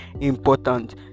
important